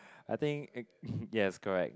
I think yes is correct